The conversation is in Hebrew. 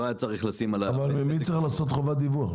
לא היה צריך לשים --- אבל מי צריך לעשות חובת דיווח?